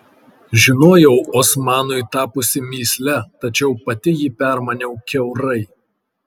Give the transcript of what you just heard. žinojau osmanui tapusi mįsle tačiau pati jį permaniau kiaurai